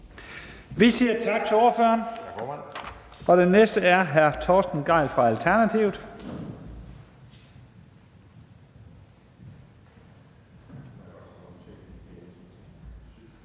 Vi siger tak til ordføreren. Den næste er hr. Torsten Gejl fra Alternativet.